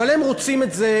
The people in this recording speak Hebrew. אבל הם רוצים את זה,